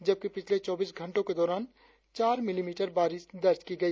जबकि पिछले चौबीस घंटो के दौरान चार मिलीमीटर बारिश दर्ज की गई